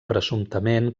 presumptament